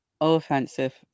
offensive